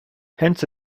hence